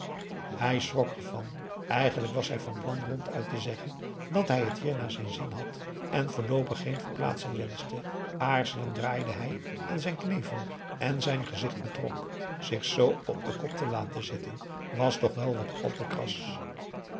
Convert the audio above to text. hij schrok ervan eigenlijk was hij van plan ronduit te zeggen dat hij het hier naar zijn zin had en voorloopig geen verplaatsing wenschte aarzelend draaide hij aan zijn knevel en zijn gezicht betrok zich z op den kop te laten zitten was toch wel wat al te kras